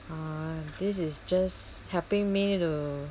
uh this is a just helping me to